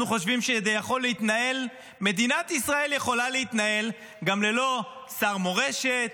אנחנו חושבים שמדינת ישראל יכולה להתנהל גם ללא שר מורשת,